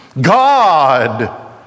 God